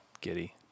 Giddy